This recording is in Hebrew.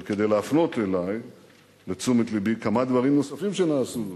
אבל כדי להפנות לתשומת לבי כמה דברים נוספים שנעשו,